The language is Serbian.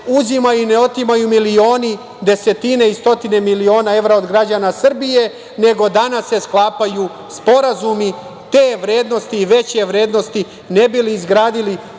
uzimaju i otimaju milioni, desetine i stotine miliona evra od građana Srbije, nego danas se sklapaju sporazumi te vrednosti i veće vrednosti ne bi li izgradili